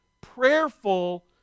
prayerful